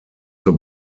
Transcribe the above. zur